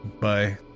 bye